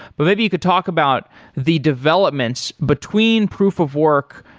but maybe you could talk about the developments between proof of work,